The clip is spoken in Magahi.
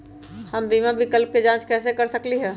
हम बीमा विकल्प के जाँच कैसे कर सकली ह?